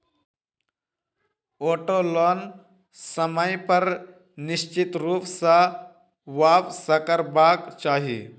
auto loan समय पर निश्चित रूप सॅ वापसकरबाक चाही